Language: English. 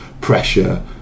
pressure